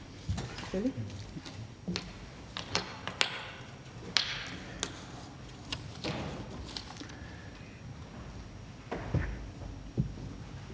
Tak